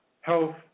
health